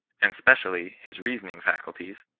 and specially his reasoning faculties,